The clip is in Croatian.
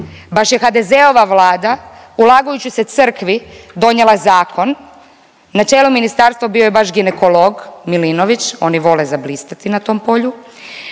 Baš je HDZ-ova Vlada ulagujući se crkvi donijela zakon. Na čelu ministarstva bio je baš ginekolog Milinović, oni vole zablistati na tom polju,